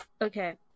Okay